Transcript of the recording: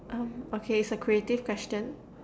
um okay it's a creative question